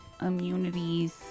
immunities